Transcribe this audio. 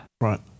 Right